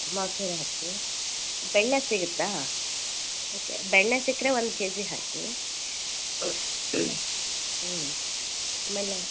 ಮೊಸ್ರು ಹಾಕಿ ಬೆಣ್ಣೆ ಸಿಗುತ್ತಾ ಓಕೆ ಬೆಣ್ಣೆ ಸಿಕ್ಕರೆ ಒಂದು ಕೆ ಜಿ ಹಾಕಿ ಹ್ಞೂ ಆಮೇಲೆ